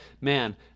man